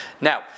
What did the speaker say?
Now